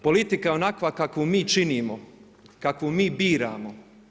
Politika je onakva kakvu mi činimo, kakvu mi biramo.